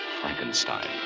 Frankenstein